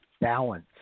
balance